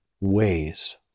ways